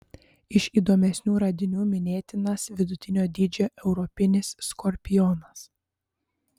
iš įdomesnių radinių minėtinas vidutinio dydžio europinis skorpionas